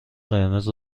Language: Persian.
قرمز